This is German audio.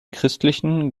christlichen